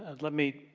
and let me